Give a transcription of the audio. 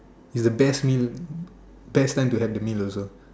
you the best meal best time to have the meal also